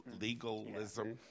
legalism